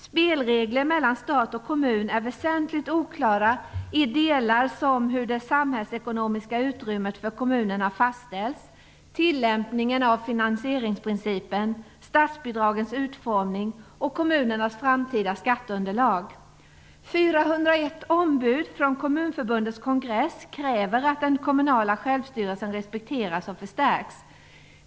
Spelregler för förhållandet mellan stat och kommun innehåller väsentliga oklarheter i delar som hur det samhällsekonomiska utrymmet för kommunerna fastställs, tillämpningen av finansieringsprincipen, statsbidragens utformning och kommunernas framtida skatteunderlag. 401 ombud från Kommunförbundets kongress kräver att den kommunala självstyrelsen respekteras och förstärks.